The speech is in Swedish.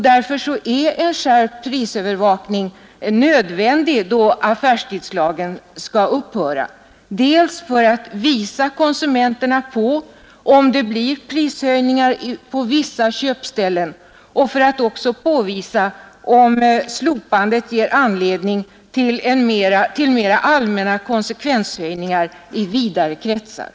Därför är en skärpt prisövervakning nödvändig när affärstidslagen upphör dels för att för konsumenterna påvisa om prishöjningar inträtt på vissa köpställen, dels också för att påvisa om slopandet ger anledning till mera allmänna konsekvenshöjningar i vidare kretsar.